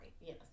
Yes